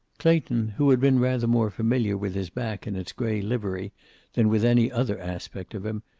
clayton, who had been rather more familiar with his back in its gray livery than with any other aspect of him,